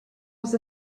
was